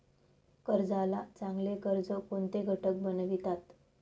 कर्जाला चांगले कर्ज कोणते घटक बनवितात?